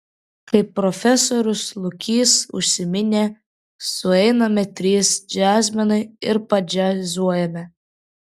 kaip profesorius lukys užsiminė sueiname trys džiazmenai ir padžiazuojame